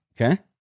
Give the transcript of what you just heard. Okay